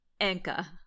enka